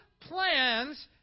plans